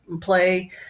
play